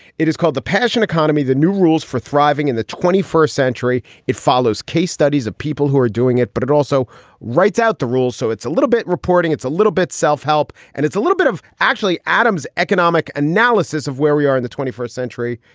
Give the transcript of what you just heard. it is called the passion economy the new rules for thriving in the twenty first century. it follows case studies of people who are doing it, but it also writes out the rules. so it's a little bit reporting, it's a little bit self-help and it's a little bit of actually adam's economic analysis of where we are in the twenty first century.